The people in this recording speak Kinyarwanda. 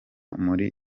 muri